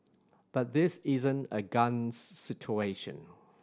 but this isn't a guns situation